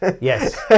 Yes